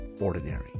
ordinary